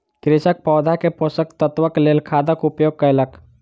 कृषक पौधा के पोषक तत्वक लेल खादक उपयोग कयलक